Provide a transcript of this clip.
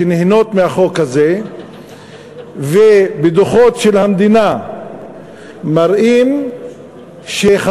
שנהנות מהחוק הזה ודוחות של המדינה מראים שהחברות